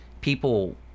People